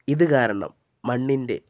ഇത് കാരണം മണ്ണിൻ്റെ